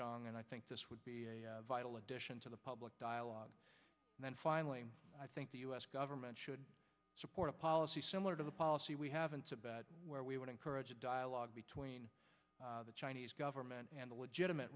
jiang and i think this would be vital addition to the public dialogue and then finally i think the u s government should support a policy similar to the policy we haven't about where we would encourage a dialogue between the chinese government and the legitimate